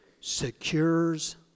secures